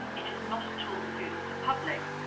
it is not at all food for the public,